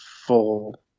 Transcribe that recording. full